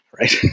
right